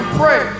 pray